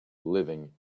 living